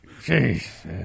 Jesus